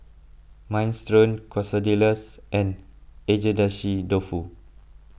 Minestrone Quesadillas and Agedashi Dofu